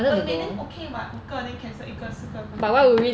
may then okay mah 五个 then cancelled 一个四个